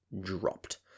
dropped